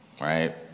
right